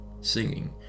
singing